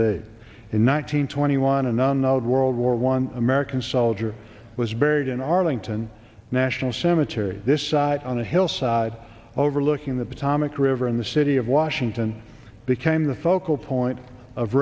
hundred twenty one and on the world war one american soldier was buried in arlington national cemetery this side on a hillside overlooking the potomac river in the city of washington became the focal point of